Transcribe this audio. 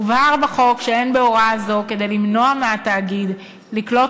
הובהר בחוק שאין בהוראה זו כדי למנוע מהתאגיד לקלוט